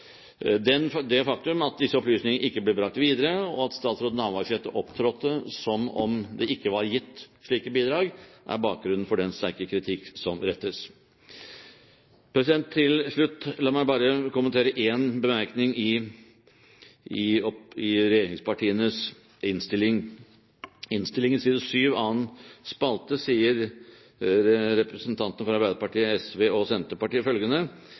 den sterke kritikken som rettes. Til slutt, la meg bare kommentere én bemerkning i regjeringspartienes innstilling: I innstillingen på side 7, annen spalte, sier representantene for Arbeiderpartiet, SV og Senterpartiet,